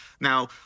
Now